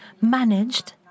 managed